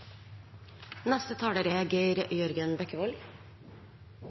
Neste taler er